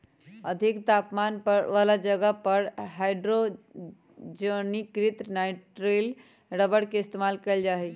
अधिक तापमान वाला जगह पर हाइड्रोजनीकृत नाइट्राइल रबर के इस्तेमाल कइल जा हई